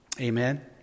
Amen